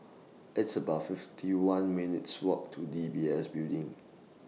It's about fifty one minutes' Walk to D B S Building